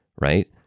right